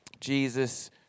Jesus